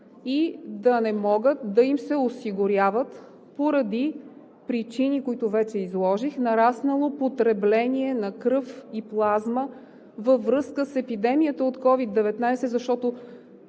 и да не могат да им се осигуряват поради причини, които вече изложих – нараснало потребление на кръв и плазма във връзка с епидемията от COVID-19, защото